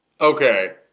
Okay